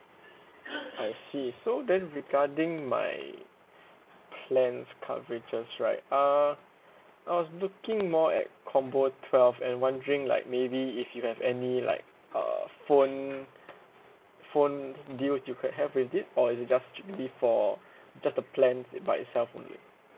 I see so then regarding my plans coverages right uh I was looking more at combo twelve and wondering like maybe if you have any like uh phone phone deals you could have with it or is it just strictly for just the plans by itself only